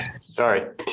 Sorry